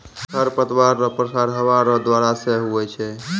खरपतवार रो प्रसार हवा रो द्वारा से हुवै छै